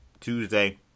Tuesday